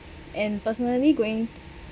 and personally going